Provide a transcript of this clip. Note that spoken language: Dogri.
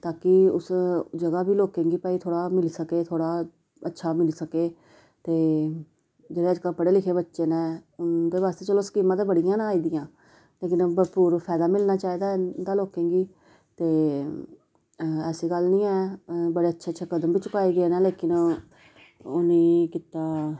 ताकि उस जगह बी लोकें गी भाई थोड़ा मिली सके थोह्ड़ा अच्छा मिली सके ते जेह्ड़े अजकल्ल पढ़े लिखे बच्चे न उं'दे बास्ते चलो स्कीमां ते बड़ियां न आई दियां लेकिन भरपूर फायदा मिलना चाहिदा इं'दा लोकें गी ते ऐसी गल्ल निं है बड़े अच्छे अच्छे कदम बी चुकाए गे न लेकिन ओह् निं कीता